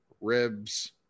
ribs